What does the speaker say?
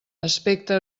aspecte